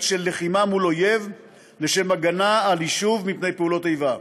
של לחימה מול אויב לשם הגנה על יישוב מפני פעולת איבה.